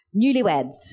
Newlyweds